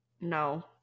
No